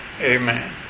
Amen